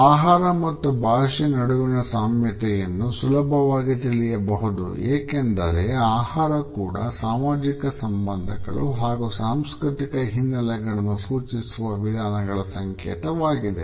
ಆಹಾರ ಮತ್ತು ಭಾಷೆಯ ನಡುವಿನ ಸಾಮ್ಯತೆಯನ್ನು ಸುಲಭವಾಗಿ ತಿಳಿಯಬಹುದು ಏಕೆಂದರೆ ಆಹಾರ ಕೂಡ ಸಾಮಾಜಿಕ ಸಂಬಂಧಗಳು ಹಾಗೂ ಸಾಂಸ್ಕೃತಿಕ ಹಿನ್ನೆಲೆಗಳನ್ನು ಸೂಚಿಸುವ ವಿಧಾನಗಳ ಸಂಕೇತವಾಗಿದೆ